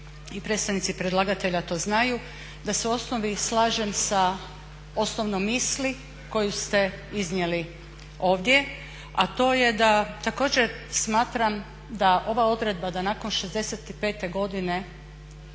predstavnici predlagatelja to znaju da se u osnovi slažem sa osnovnom misli koju ste iznijeli ovdje, a to je da također smatram da ova odredba da nakon 65 godine